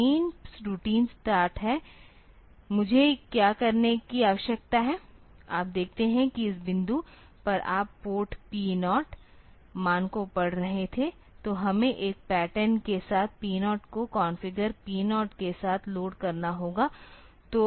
तो main routine start है मुझे क्या करने की आवश्यकता है आप देखते हैं कि इस बिंदु पर आप पोर्ट पी 0 मान को पढ़ रहे थे तो हमें एक पैटर्न के साथ पी 0 को कॉन्फ़िगर पी 0 के साथ लोड करना होगा